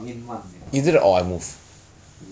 ah